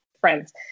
friends